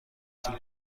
طول